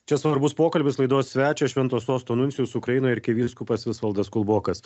čia svarbus pokalbis laidos svečias švento sosto nuncijus ukrainoje arkivyskupas visvaldas kulbokas